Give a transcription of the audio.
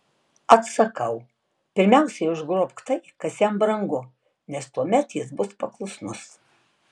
atsakau pirmiausia užgrobk tai kas jam brangu nes tuomet jis bus paklusnus